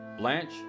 Blanche